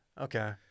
Okay